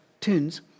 tunes